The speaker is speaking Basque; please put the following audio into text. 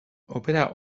opera